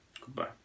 Goodbye